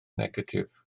negatif